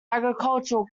agricultural